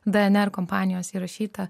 dnr kompanijos įrašyta